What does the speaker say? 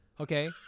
Okay